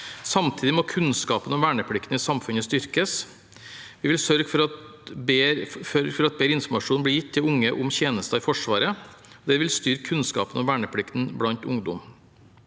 Samtidig må kunnskapen om verneplikten i samfunnet styrkes. Vi vil sørge for at bedre informasjon blir gitt til unge om tjenesten i Forsvaret. Det vil styrke kunnskapen om verneplikten blant ungdom.